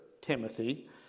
Timothy